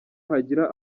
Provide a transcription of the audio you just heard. hagira